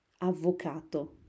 Avvocato